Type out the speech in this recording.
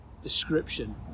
description